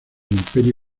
imperio